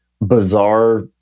bizarre